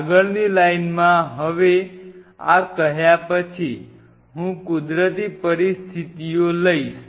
આગળની લાઈનમાં હવે આ કહ્યા પછી હું કુદરતી પરિસ્થિતિઓ લ ઈશ